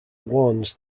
warns